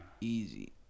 Easy